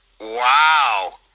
Wow